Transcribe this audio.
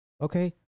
Okay